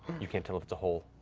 you can't tell if it's a hole,